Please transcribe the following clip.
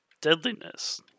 Deadliness